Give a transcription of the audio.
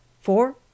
four